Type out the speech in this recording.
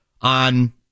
on